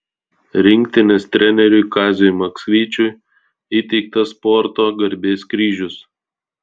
rinktinės treneriui kaziui maksvyčiui įteiktas sporto garbės kryžius